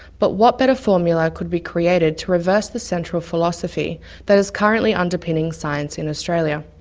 but what better formula could be created to reverse the central philosophy that is currently underpinning science in australia.